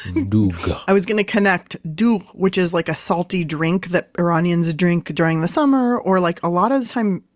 doogh i was going to connect doogh, which is like a salty drink that iranians drink during the summer. or like a lot of the time,